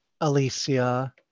Alicia